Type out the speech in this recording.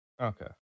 Okay